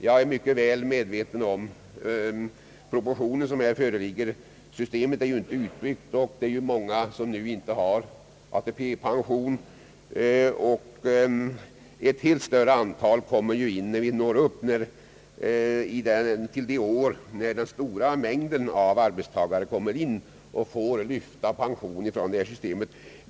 Jag är mycket väl medveten om att systemet inte är utbyggt och att det är många som ännu inte har ATP-pension. Ett mycket större antal kommer in när vi når fram till de år, då den stora mängden av arbetstagare kommer in och får lyfta pension från detta system.